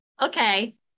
Okay